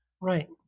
Right